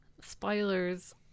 spoilers